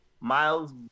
Miles